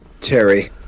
Terry